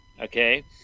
Okay